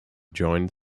joined